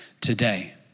today